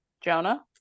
Jonah